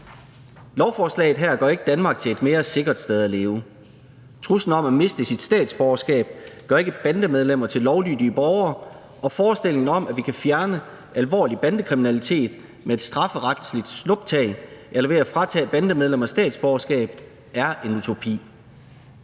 Forslaget her gør ikke Danmark til et mere sikkert sted at leve. Truslen om at miste sit statsborgerskab gør ikke bandemedlemmer til lovlydige borgere, og forestillingen om, at vi kan fjerne alvorlig bandekriminalitet med et strafferetsligt snuptag eller ved at fratage bandemedlemmer statsborgerskab, er en utopi.